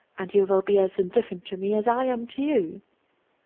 and you will be as indifferent to me as i am to you.